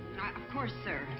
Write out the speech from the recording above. of course, sir.